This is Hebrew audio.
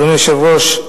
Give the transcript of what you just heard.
אדוני היושב-ראש,